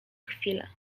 chwilę